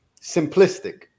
simplistic